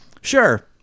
Sure